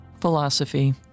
Philosophy